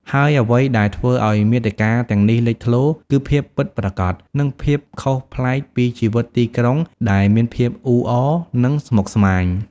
ហើយអ្វីដែលធ្វើឲ្យមាតិកាទាំងនេះលេចធ្លោ គឺភាពពិតប្រាកដ និង ភាពខុសប្លែកពីជីវិតទីក្រុងដែលមានភាពអ៊ូអរ និងស្មុគស្មាញ។